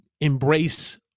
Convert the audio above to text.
embrace